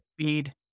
speed